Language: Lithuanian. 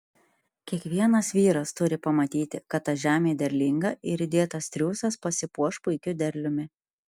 kiekvienas vyras turi pamatyti kad ta žemė derlinga ir įdėtas triūsas pasipuoš puikiu derliumi